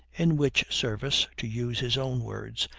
in which service, to use his own words,